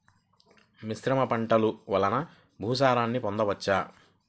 మిశ్రమ పంటలు వలన భూసారాన్ని పొందవచ్చా?